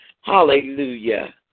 hallelujah